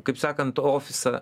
kaip sakant ofisą